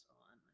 on